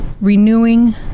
renewing